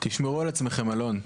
תשמרו על עצמכם, אלון.